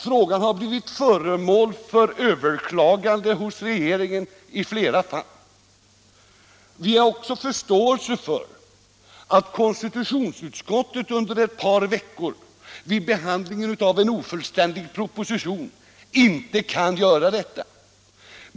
Frågan har blivit föremål för överklagande hos regeringen i flera fall. Vi har också förståelse för att konstitutionsutskottet under ett par veckor vid behandlingen av en ofullständig proposition inte kan göra denna definition.